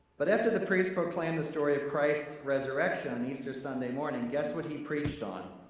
but after the priest proclaimed the story of christ's resurrection on easter sunday morning, guess what he preached on.